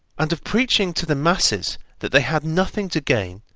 and of preaching to the masses that they had nothing to gain,